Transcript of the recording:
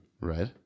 right